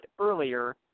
earlier